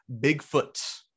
Bigfoot